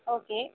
okay